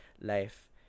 life